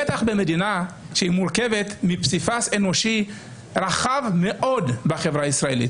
בטח במדינה שמורכבת מפסיפס אנושי רחב מאוד בחברה הישראלית.